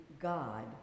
God